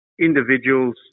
individuals